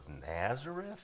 Nazareth